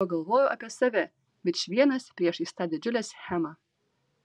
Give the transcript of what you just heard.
pagalvojau apie save vičvienas priešais tą didžiulę schemą